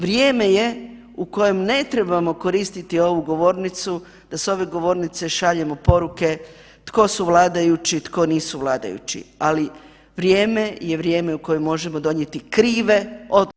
Vrijeme je u kojem ne trebamo koristiti ovu govornicu da s ove govornice šaljemo poruke tko su vladajući, tko nisu vladajući, ali vrijeme je vrijeme u kojem možemo donijeti krive odluke.